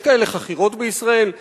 יש כאלה חכירות בישראל?